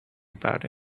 about